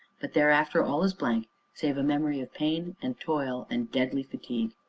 but thereafter all is blank save a memory of pain and toil and deadly fatigue.